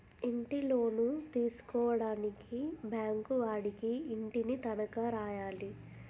ఇంటిలోను తీసుకోవడానికి బ్యాంకు వాడికి ఇంటిని తనఖా రాయాలి